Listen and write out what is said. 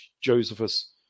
josephus